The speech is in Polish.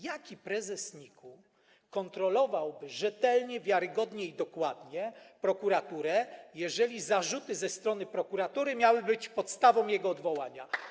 Jaki prezes NIK-u kontrolowałby rzetelnie, wiarygodnie i dokładnie prokuraturę, jeżeli zarzuty ze strony prokuratury miałyby być podstawą jego odwołania?